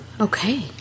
Okay